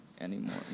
anymore